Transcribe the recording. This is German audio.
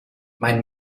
mein